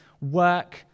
work